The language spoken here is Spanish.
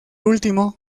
último